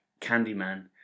Candyman